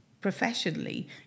professionally